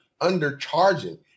undercharging